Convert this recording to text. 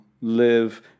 live